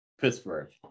Pittsburgh